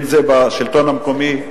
אם זה בשלטון המקומי,